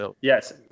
Yes